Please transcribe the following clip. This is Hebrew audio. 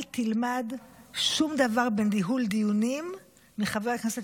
אל תלמד שום דבר בניהול דיונים מחבר הכנסת